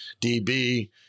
DB